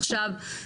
עכשיו,